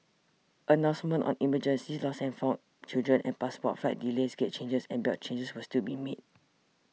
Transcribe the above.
announcements on emergencies lost and found children and passports flight delays gate changes and belt changes will still be made